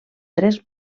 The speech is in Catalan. tres